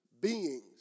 beings